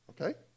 okay